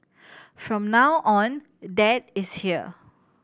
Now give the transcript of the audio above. from now on dad is here